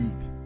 eat